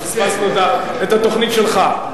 אז פספסנו את התוכנית שלך.